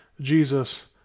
Jesus